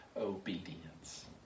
obedience